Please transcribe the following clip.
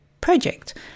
project